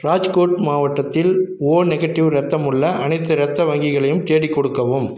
ராஜ்கோட் மாவட்டத்தில் O negative இரத்தம் உள்ள அனைத்து இரத்த வங்கிகளையும் தேடிக் கொடுக்கவும்